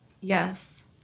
Yes